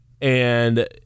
and-